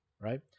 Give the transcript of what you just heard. Right